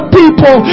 people